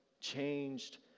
changed